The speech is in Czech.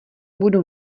budu